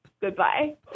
Goodbye